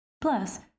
Plus